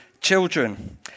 children